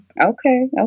okay